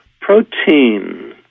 Protein